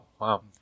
wow